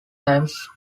times